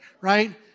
right